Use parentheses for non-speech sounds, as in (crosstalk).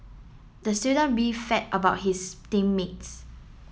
the student (unintelligible) about his team mates